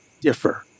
differ